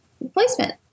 replacement